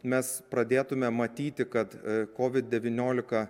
mes pradėtume matyti kad covid devyniolika